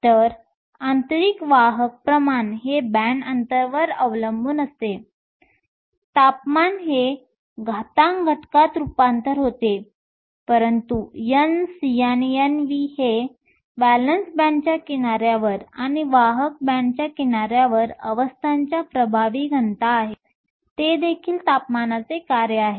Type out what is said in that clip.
तर आंतरिक वाहक प्रमाण हे बँड अंतरवर अवलंबून असते तापमान पद या घातांक घटकात रूपांतर होते परंतु Nc आणि Nv जे व्हॅलेन्स बँडच्या किनाऱ्यावर आणि वाहक बँडच्या किनाऱ्यावर अवस्थांच्या प्रभावी घनता आहेत ते देखील तापमानाचे कार्य आहे